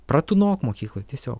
pratūnok mokykloj tiesiog